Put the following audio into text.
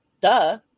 Duh